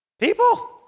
people